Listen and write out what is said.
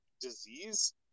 disease